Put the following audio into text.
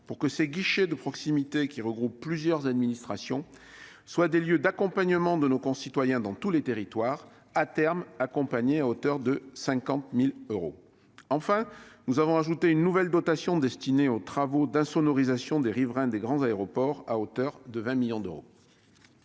pour que ces guichets de proximité, qui regroupent plusieurs administrations, soient des lieux d'accompagnement de nos concitoyens dans tous les territoires et soient, à terme, financés à hauteur de 50 000 euros par maison. Enfin nous avons ajouté une nouvelle dotation destinée aux travaux d'insonorisation des riverains des grands aéroports à hauteur de 20 millions d'euros.